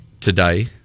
Today